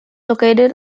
located